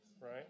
Right